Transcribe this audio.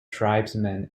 tribesmen